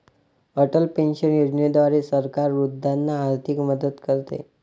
Atal pension योजनेद्वारे सरकार वृद्धांना आर्थिक मदत करते